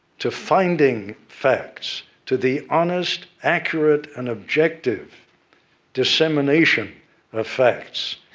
to finding facts, to the honest, accurate, and objective dissemination of facts,